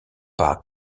pas